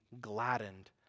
gladdened